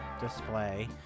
display